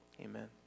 amen